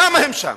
למה הם שם?